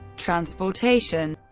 transportation